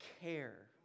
care